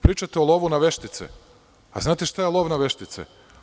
Pričate o lovu na veštice, a znate šta je lov na veštice.